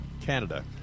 Canada